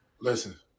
listen